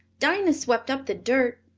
dinah swept up the dirt.